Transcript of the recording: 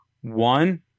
one